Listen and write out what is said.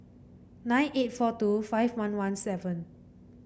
nine eight four two five one one seven